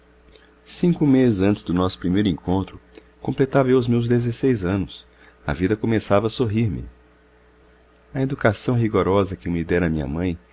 cinco meses antes do nosso primeiro encontro completava eu os meus dezesseis anos a vida começava a sorrir me a educação rigorosa que me dera minha mãe